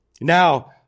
Now